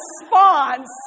response